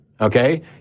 Okay